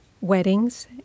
weddings